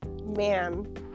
man